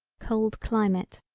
cold climate.